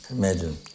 imagine